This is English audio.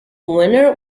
winner